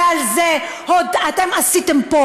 ועל זה אתם עשיתם פה,